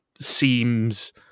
seems